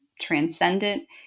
transcendent